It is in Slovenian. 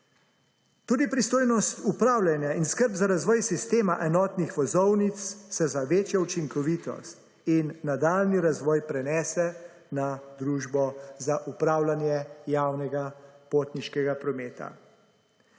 Tudi pristojnost upravljanja in skrb za razvoj sistema enotnih vozovnic se za večjo učinkovitost in nadaljnji razvoj prenese na družbo za upravljanje javnega potniškega prometa.